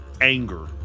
anger